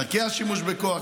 דרכי השימוש בכוח,